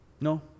No